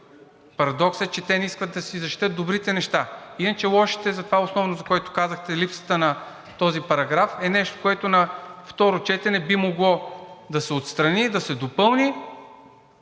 Парадоксът е, че те не искат да си защитят добрите неща. Иначе лошите, за това, основното, което казахте – липсата на този параграф, е нещо, което на второ четене би могло да се отстрани, да се допълни